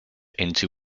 into